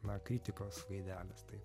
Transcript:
na kritikos gaidelės taip